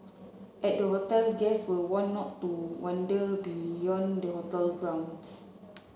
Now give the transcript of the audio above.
at the hotel guests were warned not to wander beyond the hotel grounds